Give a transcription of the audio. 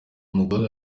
umugozi